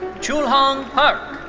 chulhong park.